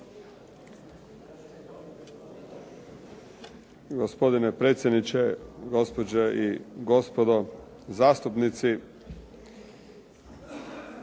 Gospodine predsjedniče, gospođe i gospodo zastupnici.